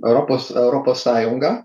europos europos sąjunga